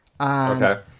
Okay